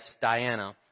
Diana